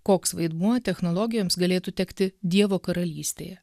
koks vaidmuo technologijoms galėtų tekti dievo karalystėje